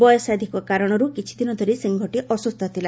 ବୟସାଧିକ କାରଣରୁ କିଛିଦିନ ଧରି ସିଂହଟି ଅସୁସ୍ଥିଲା